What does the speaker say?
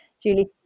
Julie